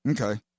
Okay